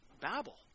Babel